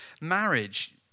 Marriage